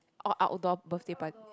all outdoor birthday parties